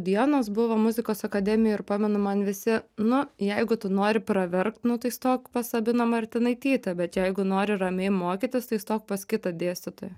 dienos buvo muzikos akademijoj ir pamenu man visi nu jeigu tu nori praverkt nu tai stok pas sabiną martinaitytę bet jeigu nori ramiai mokytis tai stok pas kitą dėstytoją